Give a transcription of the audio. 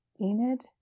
enid